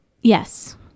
Yes